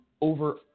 over